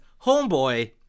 Homeboy